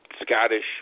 Scottish